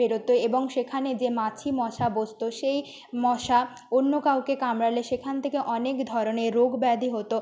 বেরতো এবং সেখানে যে মাছি মশা বসতো সেই মশা অন্য কাউকে কামড়ালে সেখান থেকে অনেক ধরনের রোগ ব্যাধি হতো